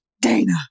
Dana